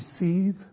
receive